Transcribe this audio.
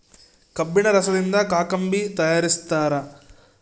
ಕಬ್ಬಿಣ ರಸದಿಂದ ಕಾಕಂಬಿ ತಯಾರಿಸ್ತಾರ